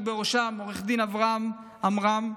ובראשם עו"ד אברהם עמרם.